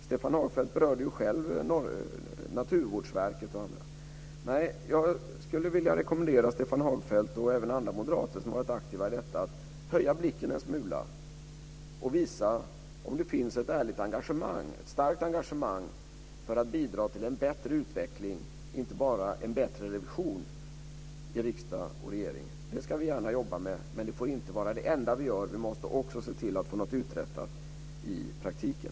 Stefan Hagfeldt berörde ju själv Naturvårdsverket och andra. Jag skulle vilja rekommendera Stefan Hagfeldt, och även andra moderater som varit aktiva i detta, att höja blicken en smula och visa om det finns ett ärligt engagemang, ett starkt engagemang, för att bidra till en bättre utveckling, inte bara en bättre revision i riksdag och regering. Det ska vi gärna jobba med, men det får inte vara det enda vi gör. Vi måste också se till att få något uträttat i praktiken.